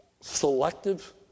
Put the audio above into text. Selective